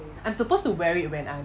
I'm supposed to wear it when I